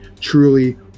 truly